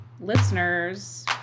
listeners